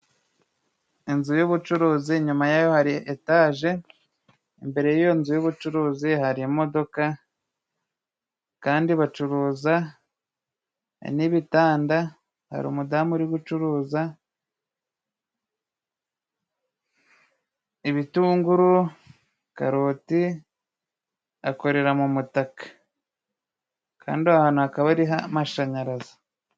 Inzu y'ubucuruzi ,inyumayo hari etaje, imbere y'iyonzu y'ubucuruzi hari imodoka ,kandi bacuruza n'ibitanda hari umudamu urigucuruza ibitunguru ,karoti ,akorera m'umutaka. Kandi aho hantu hakaba hariho amashanyarazi.